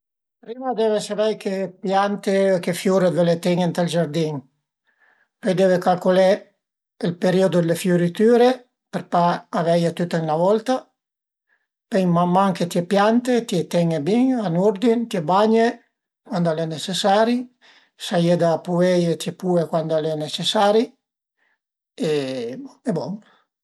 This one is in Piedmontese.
Prima deve savei che piante o che fiur völe teni ënt ël giardin, pöi deve calcülé ël period d'le fiuritüre për pa aveie tüte ën 'na volta, pöi man man che t'ie piante, t'ie ten-e bin ën urdine, t'ie bagne cuand al e necesari, s'a ie da pueie, t'ie pue cuand al e necesari e bon